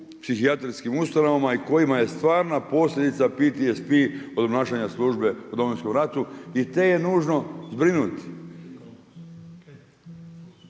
psihijatrijskim ustanovama i kojima je stvarna posljedica PTSP od obnašanja službe u Domovinskom ratu i te je nužno zbrinuti.